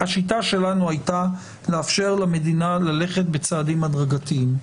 השיטה שלנו הייתה לאפשר למדינה ללכת בצעדים הדרגתיים.